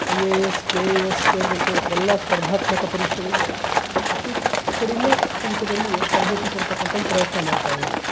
I A S K A S ಸೇರಿದಂತೆ ಎಲ್ಲ ಸ್ಪರ್ಧಾತ್ಮಕ ಪರೀಕ್ಷೆಗಳಿಗೆ ಅತಿ ಕಡಿಮೆ ಶುಲ್ಕದಲ್ಲಿಯೇ ತರಬೇತಿ ಕೊಡತಕ್ಕಂಥ ಪ್ರಯತ್ನ ಮಾಡ್ತಾಯಿದ್ದೀವಿ